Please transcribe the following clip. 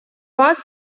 вас